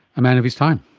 a man of his time.